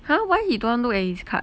!huh! why he don't want look at his card